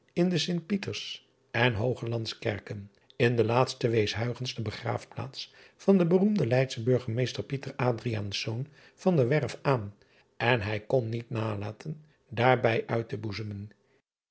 in de t ieters en oogelands erken n de laatste wees de begraafplaats van den beroemden eydschen urgemeester aan en hij kon niet nalaten daarbij uit te